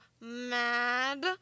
mad